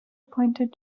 appointed